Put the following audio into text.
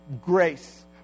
grace